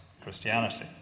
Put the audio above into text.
Christianity